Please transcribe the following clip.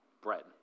bread